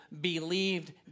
believed